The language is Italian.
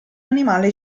animale